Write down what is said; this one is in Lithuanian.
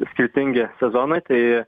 skirtingi sezonai tai